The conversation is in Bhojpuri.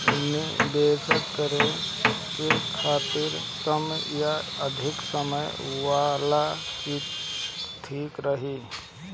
निवेश करें के खातिर कम या अधिक समय वाला ठीक रही?